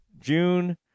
June